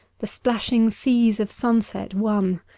the splashing seas of sunset won.